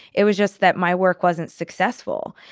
it was just that my work wasn't successful.